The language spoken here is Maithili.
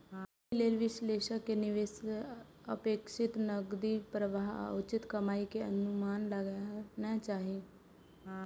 एहि लेल विश्लेषक कें निवेश सं अपेक्षित नकदी प्रवाह आ उचित कमाइ के अनुमान लगाना चाही